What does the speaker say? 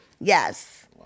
Yes